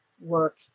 work